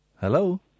Hello